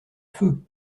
feu